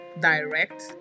direct